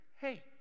hey